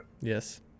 yes